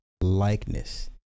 likeness